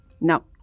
No